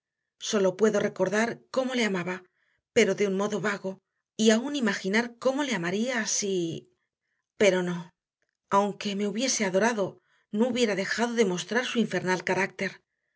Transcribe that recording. sólo puedo recordar cómo le amaba pero de un modo vago y aún imaginar cómo le amaría si pero no aunque me hubiese adorado no habría dejado de mostrar su infernal carácter